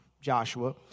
Joshua